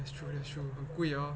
that's true that's true 很贵 orh